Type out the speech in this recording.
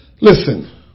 Listen